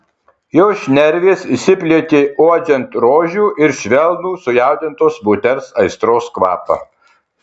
jo šnervės išsiplėtė uodžiant rožių ir švelnų sujaudintos moters aistros kvapą